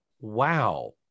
Wow